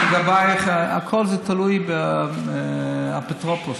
לגבייך, הכול תלוי באפוטרופוס.